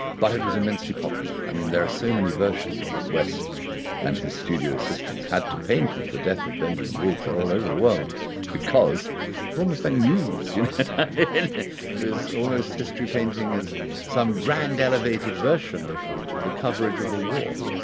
but it was immensely popular. i mean there are so many versions that west and his studio assistants had to paint of the death of benjamin wolfe, they're all over the world because it's almost like news you it was almost history painting as some grand elevated version of the coverage of a war.